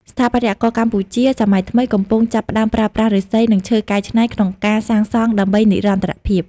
ស្ថាបត្យករកម្ពុជាសម័យថ្មី កំពុងចាប់ផ្ដើមប្រើប្រាស់ឫស្សី និងឈើកែច្នៃ ក្នុងការសាងសង់ដើម្បីនិរន្តរភាព។